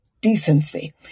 decency